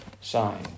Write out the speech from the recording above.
sign